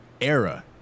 era